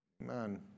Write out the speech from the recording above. Man